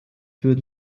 würden